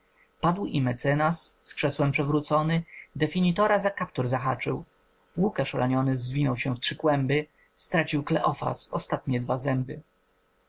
padł i mecenas z krzesłem przewrócony definitora za kaptur zahaczył łukasz raniony zwinął się w trzy kłęby stracił kleofas ostatnie dwa zęby